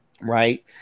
Right